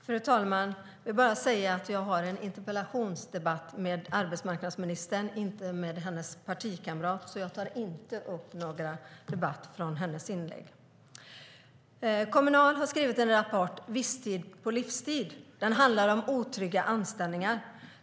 Fru talman! Jag har en interpellationsdebatt med arbetsmarknadsministern och inte med hennes partikamrat. Jag tar inte upp någon debatt utifrån hennes inlägg. Kommunal har skrivit en rapport, Visstid på livstid . Den handlar om otrygga anställningar.